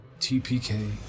TPK